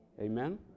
Amen